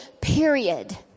period